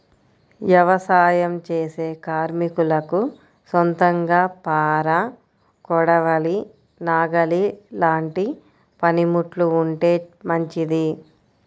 యవసాయం చేసే కార్మికులకు సొంతంగా పార, కొడవలి, నాగలి లాంటి పనిముట్లు ఉంటే మంచిది